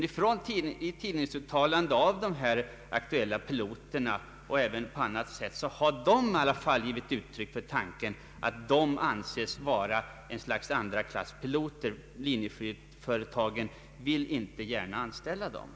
I tidningsuttalanden och även på annat sätt har dock de aktuella piloterna givit uttryck för tanken att de anses vara ett slags andraklasspiloter, som linjeflygföretagen inte gärna vill anställa.